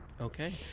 Okay